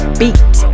beat